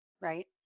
right